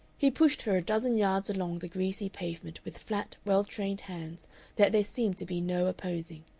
he pushed her a dozen yards along the greasy pavement with flat, well-trained hands that there seemed to be no opposing.